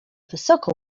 wysoko